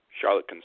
Charlotte